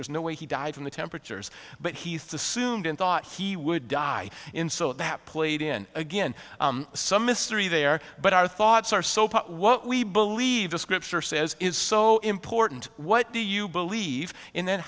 there's no way he died from the temperatures but he thought the soon thought he would die in so that played in again some mystery there but our thoughts are so what we believe the scripture says is so important what do you believe in